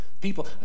people